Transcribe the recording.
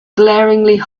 glaringly